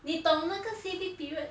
你懂那个 C_B period